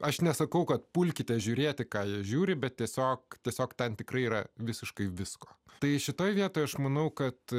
aš nesakau kad pulkite žiūrėti ką jie žiūri bet tiesiog tiesiog ten tikrai yra visiškai visko tai šitoje vietoje aš manau kad